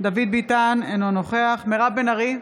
דוד ביטן, אינו נוכח מירב בן ארי,